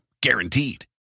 guaranteed